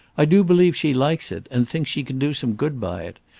i do believe she likes it, and thinks she can do some good by it.